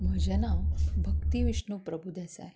म्हजें नांव भक्ती विष्णू प्रभुदेसाय